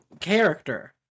character